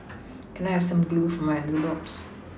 can I have some glue for my envelopes